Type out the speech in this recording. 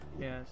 Yes